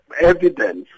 evidence